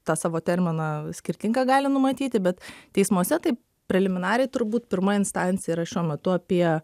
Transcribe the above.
tą savo terminą skirtingą gali numatyti bet teismuose tai preliminariai turbūt pirma instancija yra šiuo metu apie